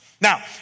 Now